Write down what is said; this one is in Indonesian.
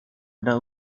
ada